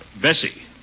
Bessie